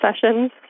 sessions